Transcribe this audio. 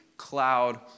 cloud